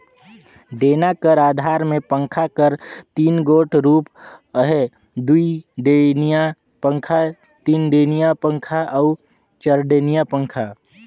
डेना कर अधार मे पंखा कर तीन गोट रूप अहे दुईडेनिया पखा, तीनडेनिया पखा अउ चरडेनिया पखा